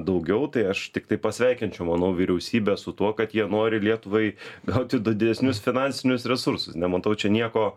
daugiau tai aš tiktai pasveikinčiau manau vyriausybę su tuo kad jie nori lietuvai gauti dadesnius finansinius resursus nematau čia nieko